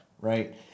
right